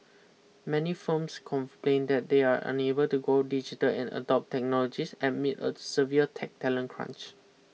many firms complain that they are unable to go digital and adopt technologies amid a severe tech talent crunch